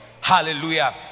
Hallelujah